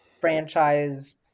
franchise